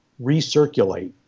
recirculate